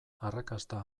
arrakasta